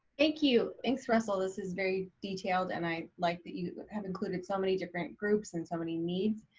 thank you. thanks russell, this is very detailed and i liked that you have included so many different groups and so many needs.